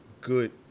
good